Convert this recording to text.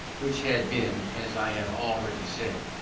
which had been, as i have already said,